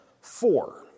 four